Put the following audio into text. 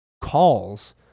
calls